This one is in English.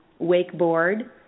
wakeboard